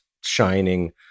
shining